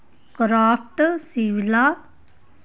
Craftsvilla